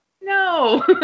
no